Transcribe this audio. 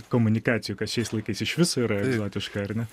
komunikacijų kas šiais laikais iš viso yra egzotiška ar ne